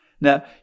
Now